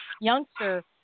youngster